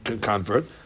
convert